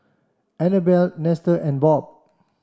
Annabella Nestor and Bob